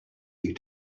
you